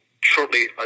shortly